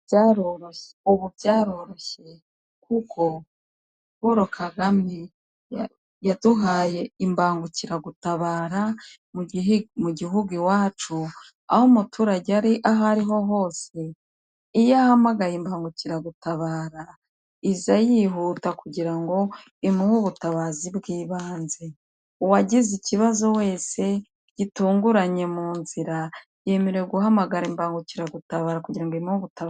Ubu byaroroshye kuko Paul Kagame yaduhaye imbangukiragutabara mu gihugu iwacu, aho umuturage aho ari aho ariho hose, iyo ahamagaye imbangukiragutabara iza yihuta kugira ngo imuhe ubutabazi bw'ibanze, uwagize ikibazo wese gitunguranye mu nzira yemerewe guhamagara imbangukiragutabara kugira ngo imuhe ubutabazi.